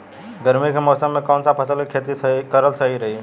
गर्मी के मौषम मे कौन सा फसल के खेती करल सही रही?